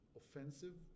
offensive